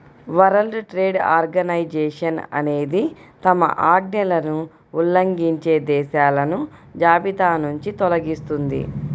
world trade organisation అనేది తమ ఆజ్ఞలను ఉల్లంఘించే దేశాలను జాబితానుంచి తొలగిస్తుంది